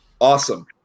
Awesome